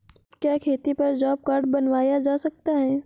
क्या खेती पर जॉब कार्ड बनवाया जा सकता है?